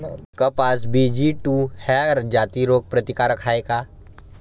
कपास BG two ह्या जाती रोग प्रतिकारक हाये का?